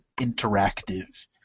interactive